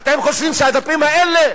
אתם חושבים שהדפים האלה